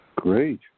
Great